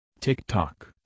TikTok